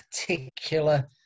particular